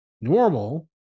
normal